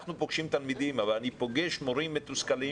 אנחנו פוגשים תלמידים אבל אני פוגש מורים מתוסכלים